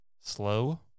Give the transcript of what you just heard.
slow